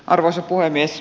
arvoisa puhemies